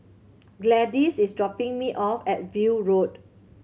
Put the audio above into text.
Gladyce is dropping me off at View Road